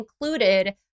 included